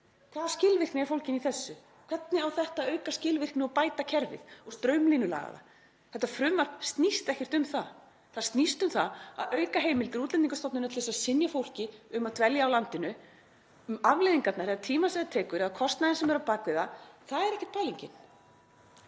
Hvaða skilvirkni er fólgin í þessu? Hvernig á þetta að auka skilvirkni og bæta kerfið og straumlínulaga það? Þetta frumvarp snýst ekkert um það. Það snýst um það að auka heimildir Útlendingastofnunar til að synja fólki um að dvelja í landinu, um afleiðingarnar eða tímann sem það tekur eða kostnaðinn sem er á bak við, það er ekkert pælingin.